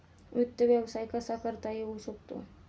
वित्त व्यवसाय कसा करता येऊ शकतो?